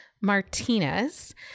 Martinez